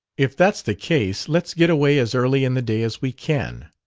if that's the case, let's get away as early in the day as we can.